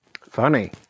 funny